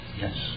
Yes